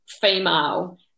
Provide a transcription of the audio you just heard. female